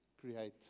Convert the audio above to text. create